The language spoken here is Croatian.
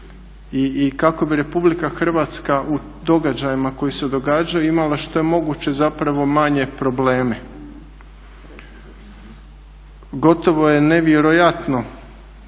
i kako bi RH u događajima koji se događaju imala što je moguće manje probleme. Gotovo je nevjerojatno